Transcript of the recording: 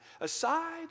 Aside